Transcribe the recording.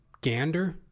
gander